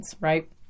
right